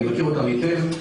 ואני מכיר אותם היטב,